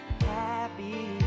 Happy